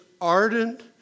ardent